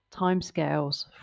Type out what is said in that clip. timescales